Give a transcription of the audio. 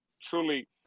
truly